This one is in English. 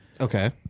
Okay